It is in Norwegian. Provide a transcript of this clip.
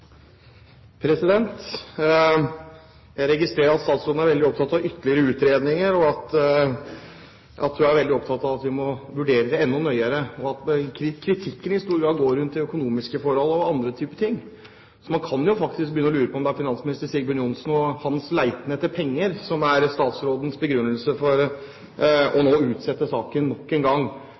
opptatt av ytterligere utredninger, og at hun er veldig opptatt av at vi må vurdere saken enda nøyere. Kritikken gjelder i stor grad de økonomiske forholdene og andre ting. Man kan faktisk begynne å lure på om det er finansminister Sigbjørn Johnsen og hans leting etter penger som er statsrådens begrunnelse for nå å utsette saken nok en gang.